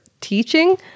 teaching